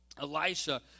Elisha